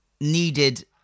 needed